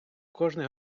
кожний